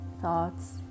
thoughts